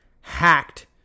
hacked